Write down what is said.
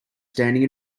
standing